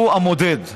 הוא המודד.